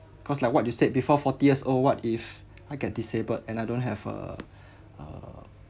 cause like what you said before forty years old what if I get disabled and I don't have a uh